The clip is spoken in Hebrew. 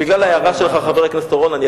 חבר הכנסת אורון,